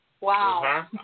Wow